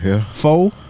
four